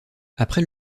après